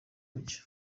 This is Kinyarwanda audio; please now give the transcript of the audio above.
muke